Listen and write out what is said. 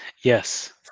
Yes